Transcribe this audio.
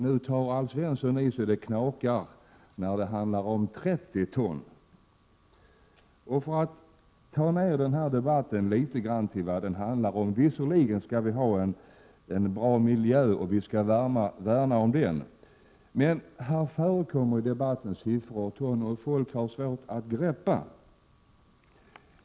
Nu tar Alf Svensson i så att det knakar när det handlar om 30 ton. För att ta ned den här debatten litet grand till vad det handlar om vill jag säga att vi visserligen skall ha en bra miljö, men i debatten förekommer det siffror som jag tror att folk har svårt att förstå.